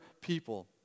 people